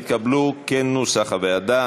התקבלו כנוסח הוועדה.